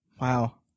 Wow